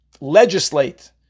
legislate